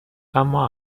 اما